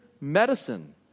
medicine